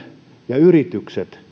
ja yritykset